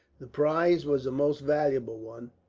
the prize was a most valuable one,